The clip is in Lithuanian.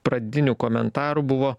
pradinių komentarų buvo